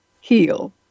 Heal